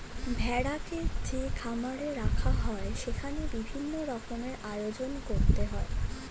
ভেড়াকে যে খামারে রাখা হয় সেখানে বিভিন্ন রকমের আয়োজন রাখতে হয়